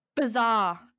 bizarre